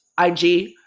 IG